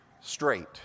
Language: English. straight